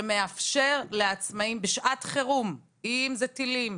שמאפשר לעצמאים בזמן חירום, אם זה טילים,